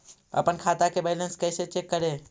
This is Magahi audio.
अपन खाता के बैलेंस कैसे चेक करे?